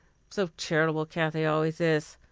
so charitable, kathy always is,